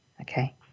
Okay